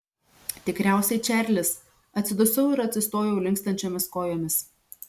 tikriausiai čarlis atsidusau ir atsistojau linkstančiomis kojomis